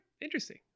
Interesting